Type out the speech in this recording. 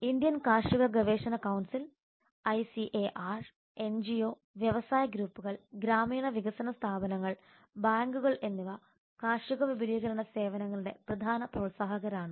Indian കാർഷിക ഗവേഷണ council ICAR NGO വ്യവസായ ഗ്രൂപ്പുകൾ ഗ്രാമീണ വികസന സ്ഥാപനങ്ങൾ ബാങ്കുകൾ എന്നിവ കാർഷിക വിപുലീകരണ സേവനങ്ങളുടെ പ്രധാന പ്രോത്സാഹകരാണ്